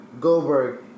Goldberg